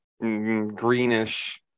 greenish